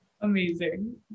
Amazing